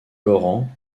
laurent